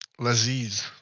Laziz